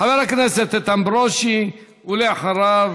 חבר הכנסת איתן ברושי, ואחריו,